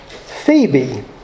Phoebe